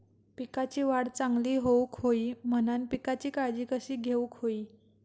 पिकाची वाढ चांगली होऊक होई म्हणान पिकाची काळजी कशी घेऊक होई?